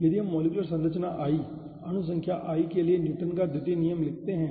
यदि हम मॉलिक्यूलर संरचना i अणु संख्या i के लिए न्यूटन का दूसरा नियम लिखते हैं